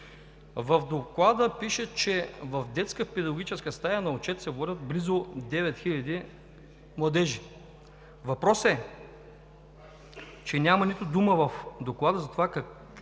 В Доклада пише, че в Детска педагогическа стая на отчет се водят близо 9 хиляди младежи. Въпросът е, че няма нито дума в Доклада за това, какво